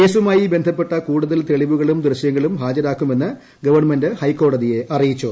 കേസുമായി ബന്ധപ്പെട്ട കൂടുതൽ തെളിവുകളും ദൃശ്യങ്ങളും ഹാജരാക്കുമെന്ന് ഗവൺമെന്റ് കോടതിയെ അറിയിച്ചു